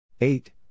Eight